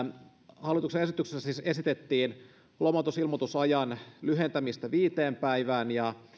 hallituksen esityksessä siis esitettiin lomautusilmoitusajan lyhentämistä viiteen päivään